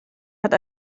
hat